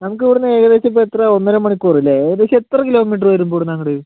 നമുക്ക് ഇവിടെ നിന്ന് ഏകദേശം ഇപ്പോൾ എത്ര ഒന്നര മണിക്കൂർ ഇല്ലെ ഏകദേശം എത്ര കിലോമീറ്റർ വരും ഇവിടെ നിന്ന് അങ്ങോട്ട്